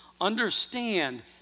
understand